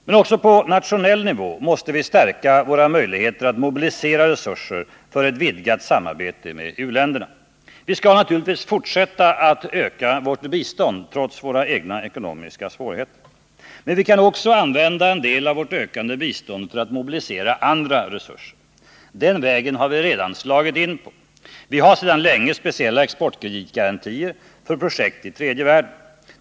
Men också på nationell nivå måste vi stärka våra möjligheter att mobilisera resurser för ett vidgat samarbete med u-länderna. Vi skall naturligtvis fortsätta att öka vårt bistånd, trots våra egna ekonomiska svårigheter. Men vi kan också använda en del av vårt ökande bistånd för att mobilisera andra resurser. Den vägen har vi redan slagit in på. Vi har sedan länge speciella exportkreditgarantier för projekt i tredje världen.